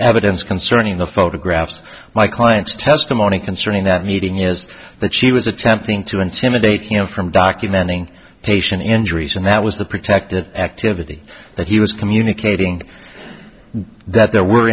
evidence concerning the photographs my client's testimony concerning that meeting is that she was attempting to intimidate him from documented in patient injuries and that was the protected activity that he was communicating that there were